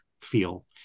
feel